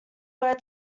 were